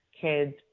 Kids